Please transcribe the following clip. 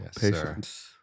Patience